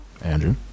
Andrew